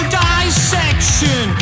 dissection